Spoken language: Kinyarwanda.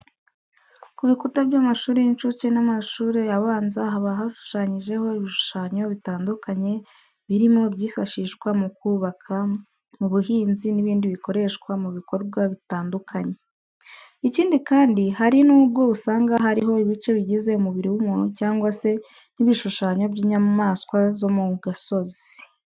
Ku bikuta by'amashuri y'incuke n'amashuri abanza haba hashushanyijeho ibishushanyo bitandukanye birimo ibyifashishwa mu kubaka, mu buhinzi n'ibindi bikoreshwa mu bikorwa bitandukanye. Ikindi kandi, hari nubwo usanga hariho ibice bigize umubiri w'umuntu cyangwa se n'ibishushanyo by'inyamaswa zo mu gasozi.